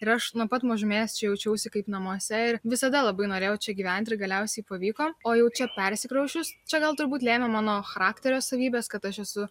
ir aš nuo pat mažumės čia jaučiausi kaip namuose ir visada labai norėjau čia gyventi ir galiausiai pavyko o jau čia persikrausčius čia gal turbūt lėmė mano charakterio savybės kad aš esu